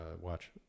watch